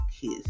kiss